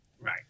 Right